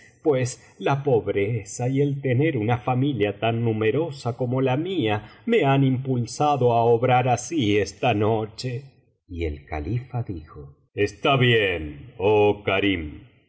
pues la pobreza y el tener una familia tan numerosa como la mía me han impulsado á obrar así esta noche y el califa dijo está bien oh